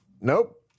Nope